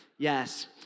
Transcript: Yes